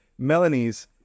Melanies